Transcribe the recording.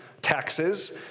Taxes